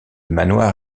manoir